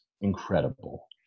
incredible